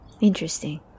Interesting